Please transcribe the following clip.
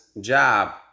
job